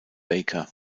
baker